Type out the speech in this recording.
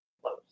close